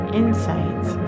insights